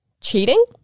cheating